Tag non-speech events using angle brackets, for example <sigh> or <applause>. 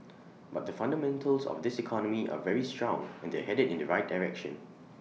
<noise> but the fundamentals of this economy are very strong <noise> and they're headed in the right direction